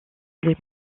les